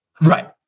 right